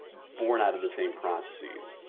born out of the same processes.